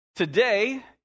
Today